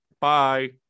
Bye